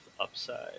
upside